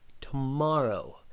tomorrow